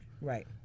right